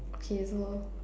okay so